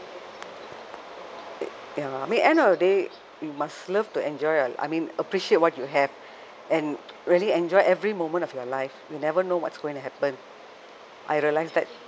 ya I mean end of the day we must love to enjoy our I mean appreciate what you have and really enjoy every moment of your life you never know what's going to happen I realize that